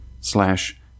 slash